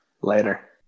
Later